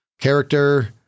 character